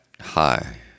high